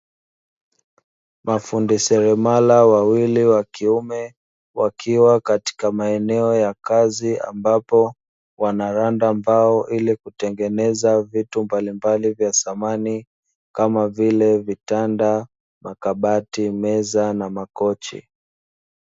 Mafundi seremala wawili wa kiume wakiwa katika maeneo ya kazi ambapo wanaranda mbao ili kutengeneza vitu mbalimbali vya samani kama vile vitanda, makabati, meza na makochi.